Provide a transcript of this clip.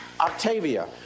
Octavia